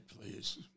please